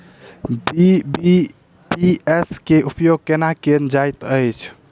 BBPS केँ उपयोग केना कएल जाइत अछि?